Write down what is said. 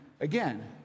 again